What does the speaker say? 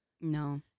No